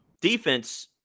Defense